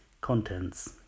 Contents